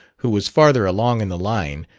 who was farther along in the line,